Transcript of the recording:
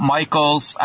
Michaels